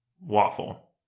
waffle